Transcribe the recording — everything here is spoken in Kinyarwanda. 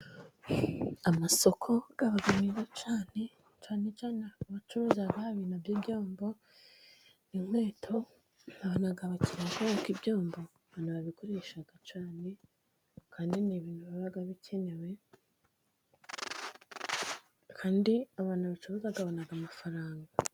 Amasoko aba meza cyane, cyane cyane abacuruza ibintu by'ibyombo, n'inkweto babona abakiriye kubera ko ibyomba barabikoresha cyane ,kandi ni ibintu biba bikenewe, kandi abantu bacuruza babona amafaranga.